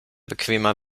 bequemer